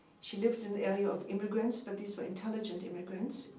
she lived in the area of immigrants, but these were intelligent immigrants.